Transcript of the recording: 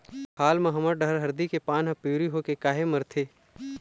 हाल मा हमर डहर हरदी के पान हर पिवरी होके काहे मरथे?